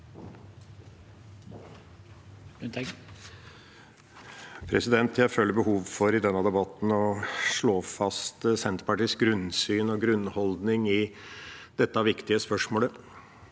Jeg føler behov for i denne debatten å slå fast Senterpartiets grunnsyn og grunnholdning i dette viktige spørsmålet.